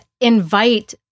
invite